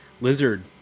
lizard